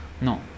no